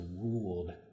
ruled